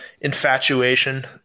infatuation